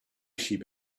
sheep